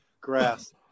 grass